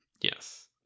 Yes